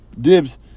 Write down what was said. Dibs